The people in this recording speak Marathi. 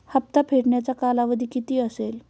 हप्ता फेडण्याचा कालावधी किती असेल?